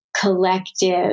collective